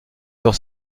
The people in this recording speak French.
sur